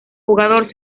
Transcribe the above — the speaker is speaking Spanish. jugador